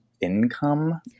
income